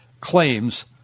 claims